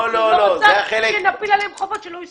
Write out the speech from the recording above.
היא לא רוצה להפיל עליהם חובות שלא הסכמנו.